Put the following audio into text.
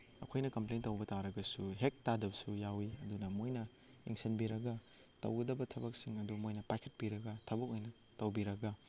ꯑꯩꯈꯣꯏꯅ ꯀꯝꯄ꯭ꯂꯦꯟ ꯇꯧꯕ ꯇꯥꯔꯒꯁꯨ ꯍꯦꯛ ꯇꯥꯗꯕꯁꯨ ꯌꯥꯎꯏ ꯑꯗꯨꯅ ꯃꯣꯏꯅ ꯌꯦꯡꯁꯤꯟꯕꯤꯔꯒ ꯇꯧꯒꯗꯕ ꯊꯕꯛꯁꯤꯡ ꯑꯗꯨ ꯃꯣꯏꯅ ꯄꯥꯏꯈꯠꯄꯤꯔꯒ ꯊꯕꯛ ꯑꯣꯏꯅ ꯇꯧꯕꯤꯔꯒ